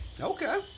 Okay